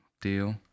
deal